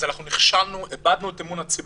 אז נכשלנו, איבדנו את אמון הציבור.